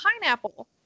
pineapple